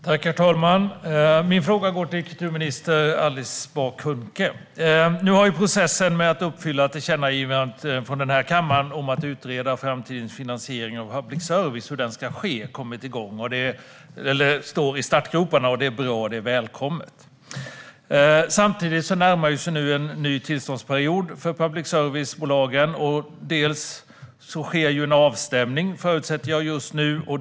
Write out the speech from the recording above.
Herr talman! Min fråga går till kultur och demokratiminister Alice Bah Kuhnke. Nu är processen med att uppfylla tillkännagivandet från denna kammare om att utreda hur den framtida finansieringen av public service ska ske på gång. Det är bra och välkommet. Samtidigt närmar sig nu en ny tillståndsperiod för public service-bolagen. Jag förutsätter att det just nu sker en avstämning.